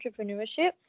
entrepreneurship